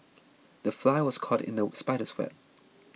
the fly was caught in the spider's web